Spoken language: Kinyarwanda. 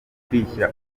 kwishyira